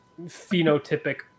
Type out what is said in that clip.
phenotypic